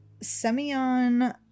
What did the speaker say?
Semyon